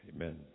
Amen